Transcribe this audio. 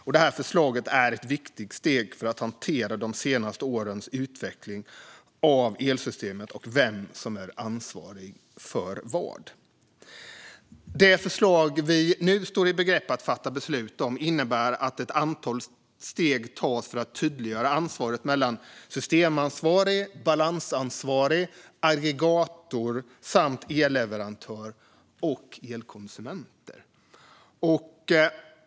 Och detta förslag är ett viktigt steg för att hantera de senaste årens utveckling av elsystemet och vem som är ansvarig för vad. Det förslag som vi nu står i begrepp att fatta beslut om innebär att ett antal steg tas för att tydliggöra ansvaret mellan systemansvarig, balansansvarig, aggregator samt elleverantörer och elkonsumenter.